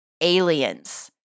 Aliens